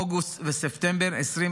אוגוסט וספטמבר 2023,